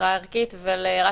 בבקשה.